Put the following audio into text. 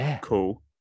cool